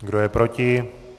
Kdo je proti?